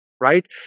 right